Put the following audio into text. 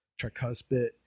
tricuspid